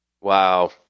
Wow